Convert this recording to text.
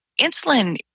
insulin